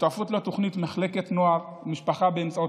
שותפות לתוכנית מחלקת נוער משפחה באמצעות